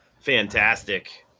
fantastic